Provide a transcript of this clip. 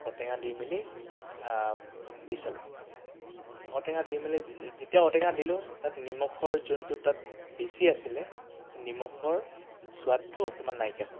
ঔটেঙা দি মেলি দি চালোঁ ঔটেঙা দি মেলি যেতিয়া ঔটেঙা দিলোঁ তাত নিমখৰ যোনটো তাত বেছি আছিলে সেই নিমখৰ সোৱাদটো অকণমান নাইকিয়া হ'ল